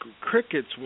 crickets